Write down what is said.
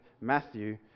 Matthew